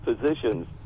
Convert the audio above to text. positions